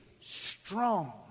strong